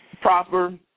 proper